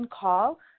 call